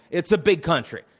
it's a big country,